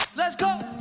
let's go